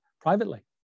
privately